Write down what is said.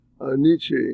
nietzsche